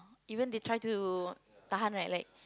even they try to tahan right like